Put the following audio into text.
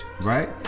Right